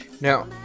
Now